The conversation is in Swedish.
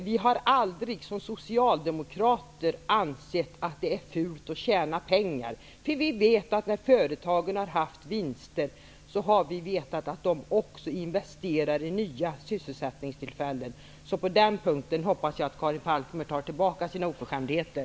Vi socialdemokrater har aldrig ansett att det är fult att tjäna pengar, för vi vet att när företagen har gjort vinster investerar de i att skapa nya sysselsättningstillfällen. Jag hoppas att Karin Falkmer på den punkten tar tillbaka sina oförskämdheter.